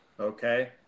Okay